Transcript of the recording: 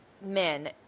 men